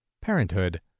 parenthood